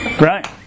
right